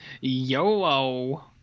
YOLO